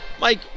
Mike